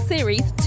Series